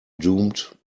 doomed